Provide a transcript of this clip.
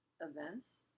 events